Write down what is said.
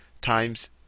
times